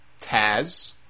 Taz